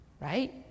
right